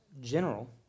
general